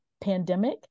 pandemic